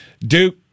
Duke